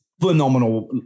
phenomenal